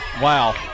wow